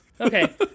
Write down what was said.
Okay